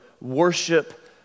worship